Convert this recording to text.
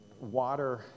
water